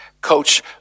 coach